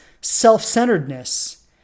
self-centeredness